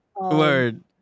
Word